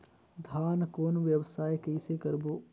धान कौन व्यवसाय कइसे करबो?